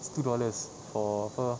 it's two dollars for apa